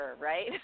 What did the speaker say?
right